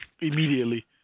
immediately